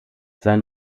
sein